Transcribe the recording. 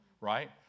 Right